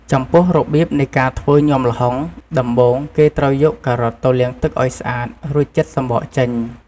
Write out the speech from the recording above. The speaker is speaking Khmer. ចំំពោះរបៀបនៃការធ្វើញាំល្ហុង ដំបូងគេត្រូវយកការ៉ុតទៅលាងទឹកឱ្យស្អាត រួចចិតសំបកចេញ។